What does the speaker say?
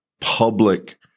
public